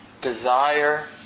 desire